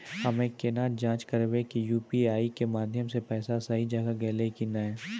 हम्मय केना जाँच करबै की यु.पी.आई के माध्यम से पैसा सही जगह गेलै की नैय?